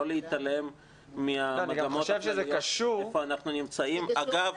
לא להתעלם מהמגמות של איפה אנחנו נמצאים.